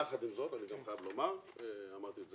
יחד עם זאת אני גם חייב לומר ואמרתי את זה